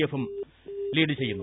എഫും ലീഡ് ചെയ്യുന്നു